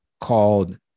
called